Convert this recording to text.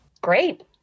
Great